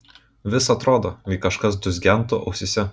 vis atrodo lyg kažkas dūzgentų ausyse